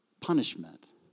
punishment